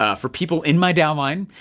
ah for people in my downline,